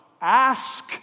Ask